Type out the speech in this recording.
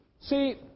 See